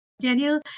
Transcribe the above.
Daniel